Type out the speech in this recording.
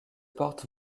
porte